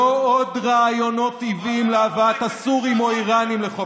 לא עוד רעיונות עוועים להבאת הסורים או האיראנים לחוף הכינרת.